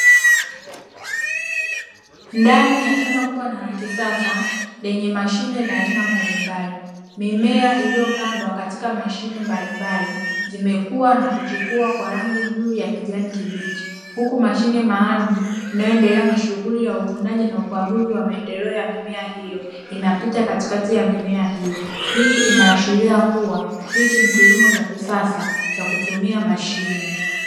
Ndani ya shamba kubwa na la kisasa lenye mashine za aina mbalimbali, mimea iliyopandwa katika mashine mbalimbali zimekua na kuchipua kwa rangi nzuri ya kijani kibichi, huku mashine maalumu inayoendelea na shughuli ya uvunaji na ukaguzi wa maendeleo ya mimea hiyo inapita katikati ya mimea hiyo. Hii inaashiria kuwa hichi ni kilimo cha kisasa cha kutumia mashine.